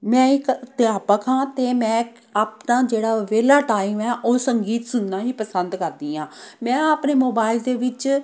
ਮੈਂ ਇੱਕ ਅਧਿਆਪਕ ਹਾਂ ਅਤੇ ਮੈਂ ਆਪਣਾ ਜਿਹੜਾ ਵਿਹਲਾ ਟਾਈਮ ਹੈ ਉਹ ਸੰਗੀਤ ਸੁਣਨਾ ਹੀ ਪਸੰਦ ਕਰਦੀ ਹਾਂ ਮੈਂ ਆਪਣੇ ਮੋਬਾਈਲ ਦੇ ਵਿੱਚ